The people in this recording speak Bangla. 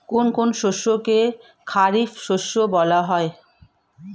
কোন কোন শস্যকে খারিফ শস্য বলা হয়?